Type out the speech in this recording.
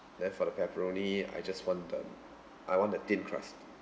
then for the pepperoni I just want the I want the thin crust